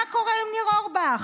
מה קורה עם ניר אורבך?